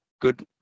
good